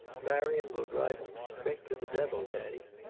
marion will drive him straight to the devil, daddy.